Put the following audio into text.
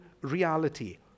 reality